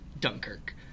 Dunkirk